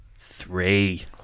Three